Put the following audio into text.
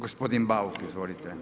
Gospodin Bauk, izvolite.